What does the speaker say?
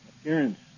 appearance